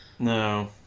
No